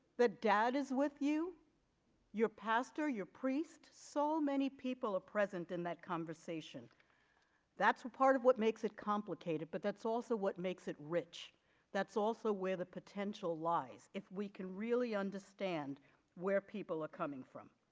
the dad is with you your pastor your priest so many people are present in that conversation that's a part of what makes it complicated but that's also what makes it rich that's also where the potential lies if we can really understand where people coming from.